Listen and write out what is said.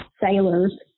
sailors